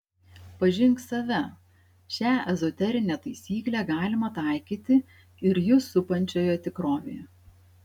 pažink save šią ezoterinę taisyklę galima taikyti ir jus supančioje tikrovėje